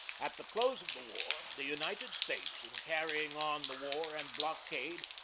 at the close of the war the united states, in carrying on the war and blockade,